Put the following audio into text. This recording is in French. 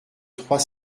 trois